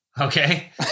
Okay